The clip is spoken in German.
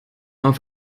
auf